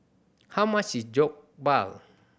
how much is Jokbal